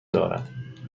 دارد